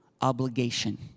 obligation